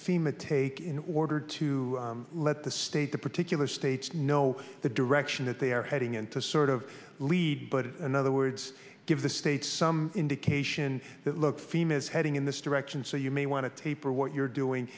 fema take in order to let the states the particular states know the direction that they are heading in to sort of lead but in other words give the states some indication that look fim is heading in this direction so you may want to taper what you're doing